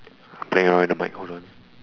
something wrong with the mic hold on